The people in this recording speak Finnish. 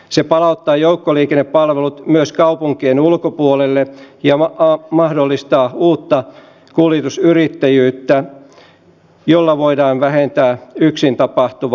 se palauttaa joukkoliikennepalvelut myös kaupunkien ulkopuolelle ja mahdollistaa uutta kuljetusyrittäjyyttä jolla voidaan vähentää yksin tapahtuvaa autoilua